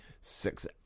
six